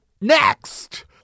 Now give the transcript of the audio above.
Next